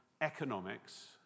economics